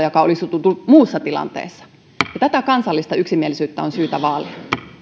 joka olisi tullut muussa tilanteessa tätä kansallista yksimielisyyttä on syytä vaalia